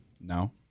No